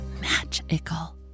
magical